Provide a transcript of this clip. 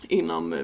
inom